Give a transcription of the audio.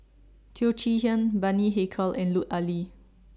Teo Chee Hean Bani Haykal and Lut Ali